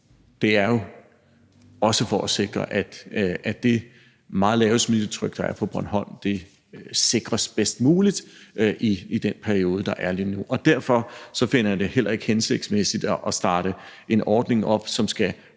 det er jo også for at sikre, at det meget lave smittetryk, der er på Bornholm, sikres bedst muligt i den periode, der er lige nu. Derfor finder jeg det heller ikke hensigtsmæssigt at starte en ordning op, som skal